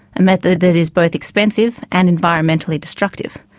a method that is both expensive and environmentally destructive.